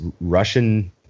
Russian